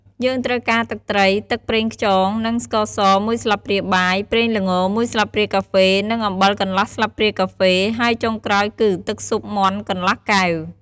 យើងត្រូវការទឹកត្រី ទឹកប្រេងខ្យង និងស្ករស មួយស្លាបព្រាបាយ ប្រេងល្ង មួយស្លាបព្រាកាហ្វេ និងអំបិលកន្លះស្លាបព្រាកាហ្វេ ហើយចុងក្រោយគឺ ទឹកស៊ុបមាន់កន្លះកែវ។